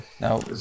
no